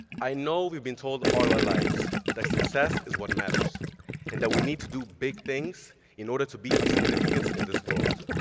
i know we've been told all our lives that success is what matters and that we need to do big things in order to be of significance in this world.